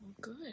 good